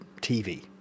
TV